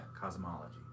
cosmology